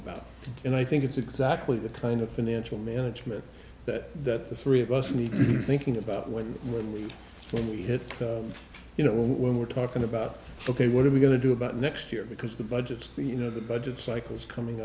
about and i think it's exactly the kind of financial management that the three of us need thinking about when when we hit you know when we're talking about ok what are we going to do about next year because the budget you know the budget cycle is coming